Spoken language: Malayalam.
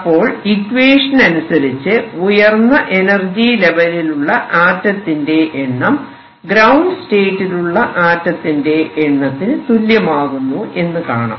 അപ്പോൾ ഇക്വേഷൻ അനുസരിച്ച് ഉയർന്ന എനർജി ലെവലിലുള്ള ആറ്റത്തിന്റെ എണ്ണം ഗ്രൌണ്ട് സ്റ്റേറ്റിലുള്ള ആറ്റത്തിന്റെ എണ്ണത്തിന് തുല്യമാകുന്നു എന്ന് കാണാം